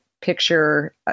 picture